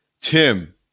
Tim